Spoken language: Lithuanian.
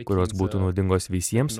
kurios būtų naudingos visiems